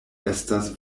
estas